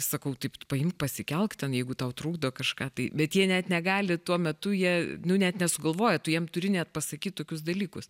sakau taip paimk pasikelk ten jeigu tau trukdo kažką tai bet jie net negali tuo metu jie nu net nesugalvoja tu jam turi net pasakyt tokius dalykus